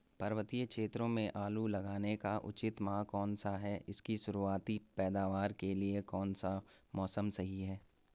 पर्वतीय क्षेत्रों में आलू लगाने का उचित माह कौन सा है इसकी शुरुआती पैदावार के लिए कौन सा मौसम सही है?